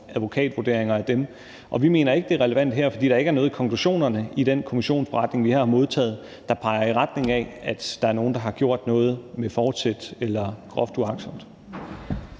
advokatvurderinger ud af dem. Vi mener ikke, det er relevant her, fordi der ikke er noget i konklusionerne i den kommissionsberetning, vi har modtaget, der peger i retning af, at der er nogen, der har gjort noget med forsæt eller groft uagtsomt.